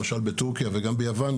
למשל בטורקיה וגם ביוון,